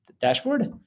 Dashboard